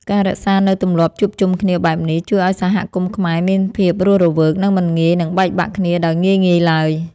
ការរក្សានូវទម្លាប់ជួបជុំគ្នាបែបនេះ ជួយឱ្យសហគមន៍ខ្មែរមានភាពរស់រវើក និងមិនងាយនឹងបែកបាក់គ្នាដោយងាយៗឡើយ។